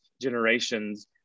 generations